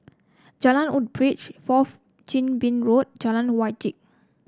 Jalan Woodbridge Fourth Chin Bee Road Jalan Wajek